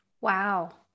Wow